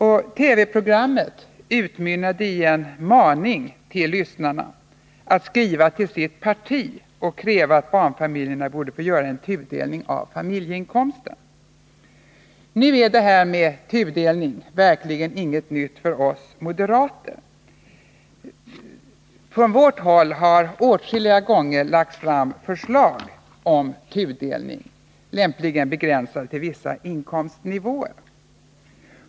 TV-programmet utmynnade i en maning till lyssnarna att skriva till sitt parti och kräva att barnfamiljerna borde få göra en tudelning av familjeinkomsten. Nu är detta med tudelning verkligen ingenting nytt för oss moderater. Från vårt håll har vi åtskilliga gånger lagt fram förslag om tudelning, lämpligen begränsad till vissa inkomstnivåer.